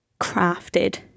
crafted